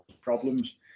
problems